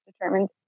determined